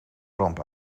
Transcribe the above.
ramp